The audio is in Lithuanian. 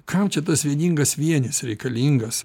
kam čia tas vieningas vienis reikalingas